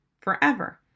forever